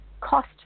cost